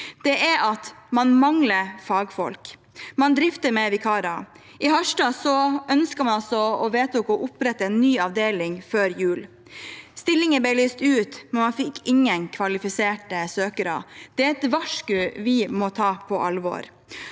Det er at man mangler fagfolk, og at man drifter med vikarer. I Harstad ønsket man – og vedtok – å opprette en ny avdeling før jul. Stillinger ble lyst ut, men man fikk ingen kvalifiserte søkere. Det er et varsku vi må ta på alvor.